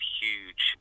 huge